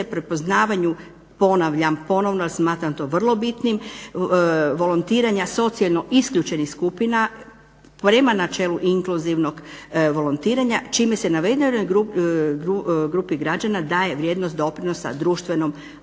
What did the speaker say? prepoznavanju ponavljam ponovno jer smatram to vrlo bitnim volontiranja socijalno isključenih skupina prema načelu inkluzivnog volontiranja čime se navedenoj grupi građana daje vrijednost doprinosa društvenom